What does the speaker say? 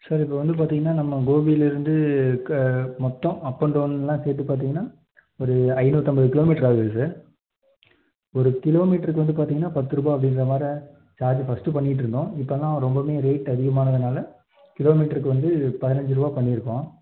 sir இப்போ வந்து பார்த்தீங்கன்னா நம்ம கோபிலேருந்து மொத்தம் அப் அன்ட் டவுனெலாம் சேர்த்து பார்த்தீங்கன்னா ஒரு ஐநூற்றம்பது கிலோ மீட்டர் ஆகுது சார் ஒரு கிலோ மீட்டருக்கு வந்து பார்த்தீங்கன்னா பத்துரூபா அப்படின்ற மாறி சார்ஜ் ஃபஸ்ட்டு பண்ணிகிட்டு இருந்தோம் இப்போலாம் ரொம்பமே ரேட் அதிகமானதுனால் கிலோ மீட்டருக்கு வந்து பதினைஞ்சி ரூபா பண்ணியிருக்கோம்